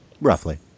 Roughly